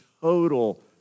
total